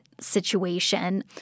situation